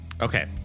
Okay